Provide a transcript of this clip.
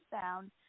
sound